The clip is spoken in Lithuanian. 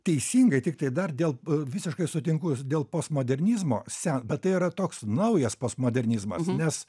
teisingai tiktai dar dėl visiškai sutinku dėl postmodernizmo se bet tai yra toks naujas postmodernizmas nes